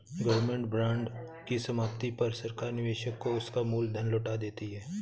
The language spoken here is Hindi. गवर्नमेंट बांड की समाप्ति पर सरकार निवेशक को उसका मूल धन लौटा देती है